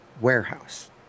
warehouse